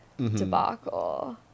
debacle